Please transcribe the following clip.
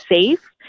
safe